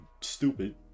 stupid